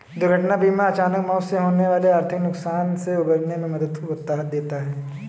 दुर्घटना बीमा अचानक मौत से होने वाले आर्थिक नुकसान से उबरने में मदद देता है